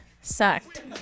sucked